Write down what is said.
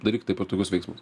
daryk taip ir tokius veiksmus